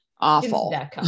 Awful